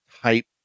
type